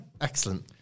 Excellent